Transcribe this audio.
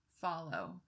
follow